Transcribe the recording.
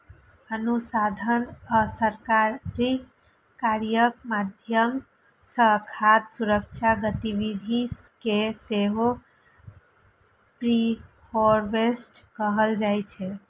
अनुसंधान आ सहकारी कार्यक माध्यम सं खाद्य सुरक्षा गतिविधि कें सेहो प्रीहार्वेस्ट कहल जाइ छै